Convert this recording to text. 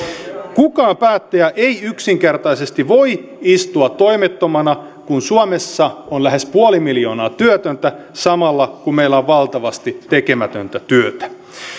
kukaan päättäjä ei yksinkertaisesti voi istua toimettomana kun suomessa on lähes puoli miljoonaa työtöntä samalla kun meillä on valtavasti tekemätöntä työtä